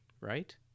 right